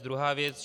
Druhá věc.